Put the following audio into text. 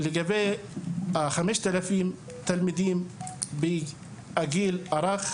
גם לגבי 5,000 התלמידים בגיל הרך,